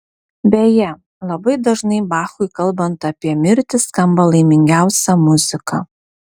beje labai dažnai bachui kalbant apie mirtį skamba laimingiausia muzika